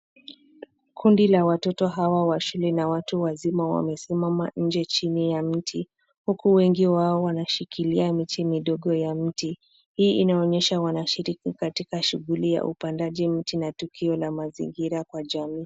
Kundi la watoto hawa wa shule na watu wazima wamesimama nje chini ya miti huku wengi wao wanashikilia miche midogo ya mti. Hii inaonyesha kuwa wanashiriki katika shughuli ya upandaji mti na tukio la mazingira kwa jamii.